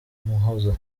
muhoza